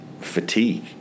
fatigue